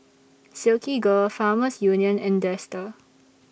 Silkygirl Farmers Union and Dester